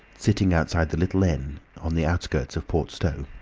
sitting outside the little inn on the outskirts of port stowe.